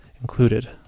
included